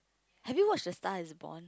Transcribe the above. have you watched the Star-Is-Born